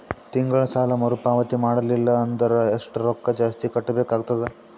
ತಿಂಗಳ ಸಾಲಾ ಮರು ಪಾವತಿ ಮಾಡಲಿಲ್ಲ ಅಂದರ ಎಷ್ಟ ರೊಕ್ಕ ಜಾಸ್ತಿ ಕಟ್ಟಬೇಕಾಗತದ?